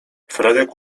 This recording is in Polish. fredek